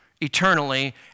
eternally